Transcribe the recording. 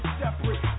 separate